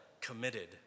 committed